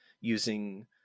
using